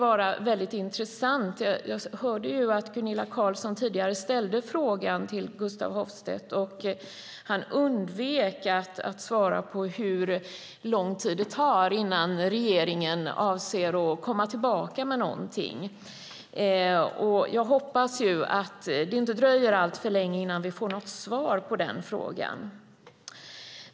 Jag hörde att Gunilla Carlsson frågade Gustaf Hoffstedt, som undvek att svara, hur lång tid det tar innan regeringen avser att komma tillbaka med någonting. Jag hoppas att det inte dröjer alltför länge innan vi får svar på den frågan.